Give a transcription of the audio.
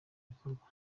bikorwa